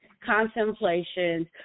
contemplations